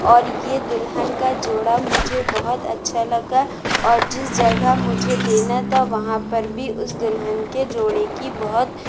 اور یہ دلہن کا جوڑا مجھے بہت اچھا لگا اور جس جگہ مجھے دینا تھا وہاں پر بھی اس دلہن کے جوڑے کی بہت